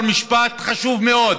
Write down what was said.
אמר משפט חשוב מאוד: